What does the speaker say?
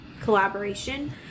collaboration